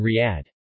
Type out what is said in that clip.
Riyadh